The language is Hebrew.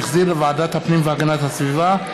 שהחזירה ועדת הפנים והגנת הסביבה,